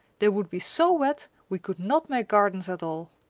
they would be so wet we could not make gardens at all.